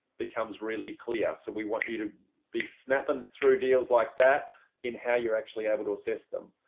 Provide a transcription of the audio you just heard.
becomes really clear. so we want you to be snapping through deals like that in how you're actually able to assess them.